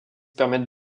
permettent